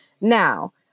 Now